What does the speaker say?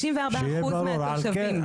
54% מהתושבים.